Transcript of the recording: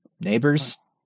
Neighbors